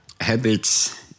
Habits